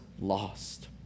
lost